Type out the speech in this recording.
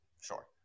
Sure